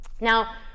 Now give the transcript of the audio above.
Now